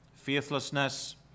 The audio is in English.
faithlessness